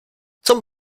zum